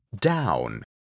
Down